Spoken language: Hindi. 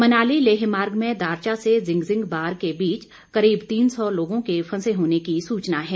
मनाली लेह मार्ग में दारचा से जिंगजिंग बार के बीच करीब तीन सौ लोगों के फंसे होने की सूचना है